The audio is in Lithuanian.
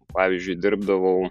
pavyzdžiui dirbdavau